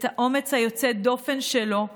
את האומץ היוצא-דופן שלו לשבור,